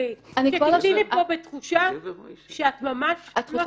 שתצאי מפה בתחושה שאת ממש לא שקופה.